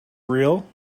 real